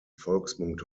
volksmund